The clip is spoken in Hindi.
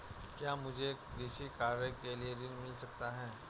क्या मुझे कृषि कार्य के लिए ऋण मिल सकता है?